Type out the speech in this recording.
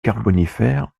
carbonifère